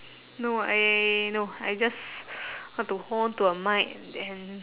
no I no I just want to hold on to a mic and